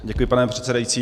Děkuji pane předsedající.